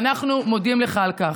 ואנחנו מודים לך על כך.